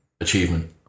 achievement